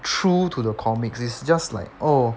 true to the comics it's just like oh